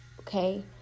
Okay